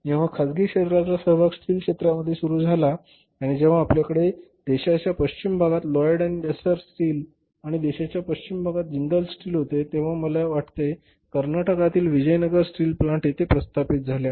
जेव्हा खासगी क्षेत्राचा सहभाग स्टील क्षेत्रामध्ये सुरू झाला आणि जेव्हा आपल्याकडे देशाच्या पश्चिम भागात लॉयड आणि एसआर स्टील्स आणि देशाच्या पश्चिम भागात जिंदाल स्टील होते तेव्हा मला वाटते कर्नाटकातील विजयनगर स्टील प्लांट येथे प्रस्थापित झाल्या